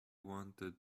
wanted